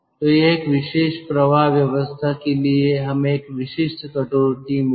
तो यह एक विशेष प्रवाह व्यवस्था के लिए हमें एक विशिष्ट कटौती मिलेगी